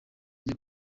ryo